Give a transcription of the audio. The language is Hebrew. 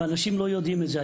ואנשים לא יודעים את זה.